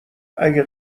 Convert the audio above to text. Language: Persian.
اگه